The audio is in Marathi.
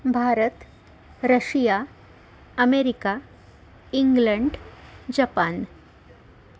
Bharat Russia America England Japan